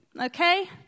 Okay